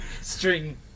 String